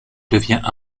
devient